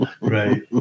Right